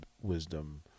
wisdom